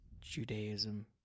Judaism